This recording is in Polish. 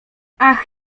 ach